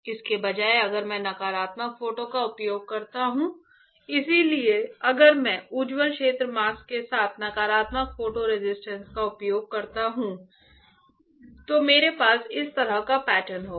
इसके बजाय अगर मैं नकारात्मक फोटो का उपयोग करता हूं इसलिए अगर मैं उज्ज्वल क्षेत्र मास्क के साथ नकारात्मक फोटो रेसिस्ट का उपयोग करता हूं तो मेरे पास इस तरह का पैटर्न होगा